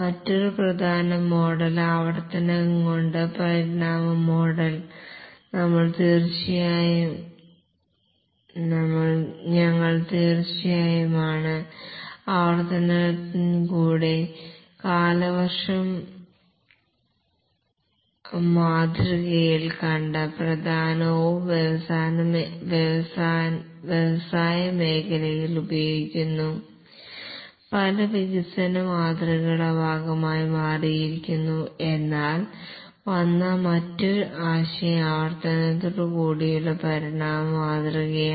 മറ്റൊരു പ്രധാന വികസന model evolutionary model with iteration ഞങ്ങൾ ഇൻക്രെമെന്റൽ മോഡൽ വിത്ത് ഇറ്ററേഷൻ കണ്ടിരുന്നു അത് തീർച്ചയായും പ്രധാനവും വ്യവസായമേഖലയിൽ ഉപയോഗിക്കുന്നു പല വികസന മാതൃകകൾ ഭാഗമായി മാറിയിരിക്കുന്നു എന്നാൽ വന്ന മറ്റൊരു ആശയം എവൊല്യൂഷനറി മോഡൽ വിത്ത് ഇറ്ററേഷൻ മാതൃകയാണ്